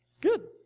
Good